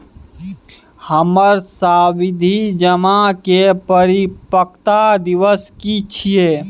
हमर सावधि जमा के परिपक्वता दिवस की छियै?